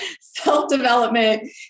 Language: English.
self-development